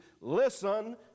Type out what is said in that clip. Listen